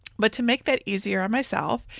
but to make that easier on myself,